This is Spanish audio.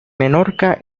menorca